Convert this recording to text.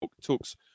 talks